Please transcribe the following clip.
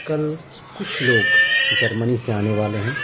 کل کچھ لوگ جرمنی سے آنے والے ہیں